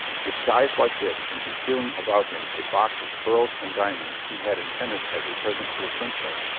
disguised like this and concealing about him a box of pearls and diamonds he had intended as a present to the princess,